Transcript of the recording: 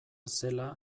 zela